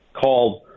called